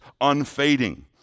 unfading